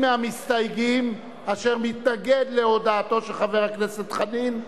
מהמסתייגים אשר מתנגד להודעתו של חבר הכנסת חנין?